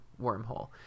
wormhole